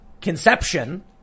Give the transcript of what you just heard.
conception